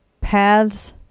paths